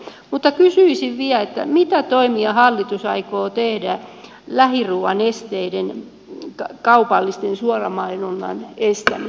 mutta kysyisin vielä mitä toimia hallitus aikoo tehdä lähiruuan kaupallisen suoramainonnan esteiden poistamiseksi